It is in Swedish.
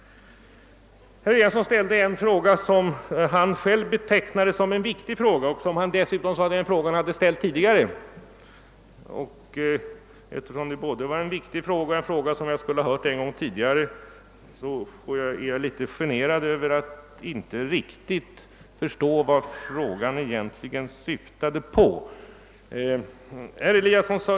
Herr Eliasson ställde en fråga som han själv betecknade som viktig och som han dessutom sade att han hade framställt tidigare. Jag är därför litet generad över att inte riktigt förstå vad frågan egentligen syftade till.